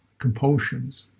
compulsions